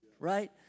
right